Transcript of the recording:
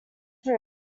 fruit